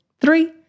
three